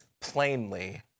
plainly